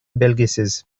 белгисиз